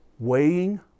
weighing